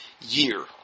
year